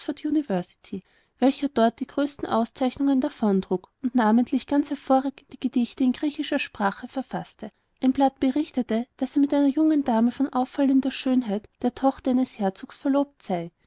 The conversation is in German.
welcher dort die größten auszeichnungen davontrug und namentlich ganz hervorragende gedichte in griechischer sprache verfaßte ein blatt berichtete daß er mit einer jungen dame von auffallender schönheit der tochter eines herzogs verlobt sei